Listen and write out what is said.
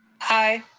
aye.